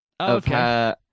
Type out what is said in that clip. Okay